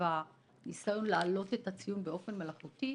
הניסיון להעלות את הציון באופן מלאכותי.